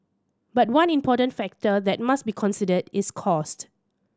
but one important factor that must be considered is cost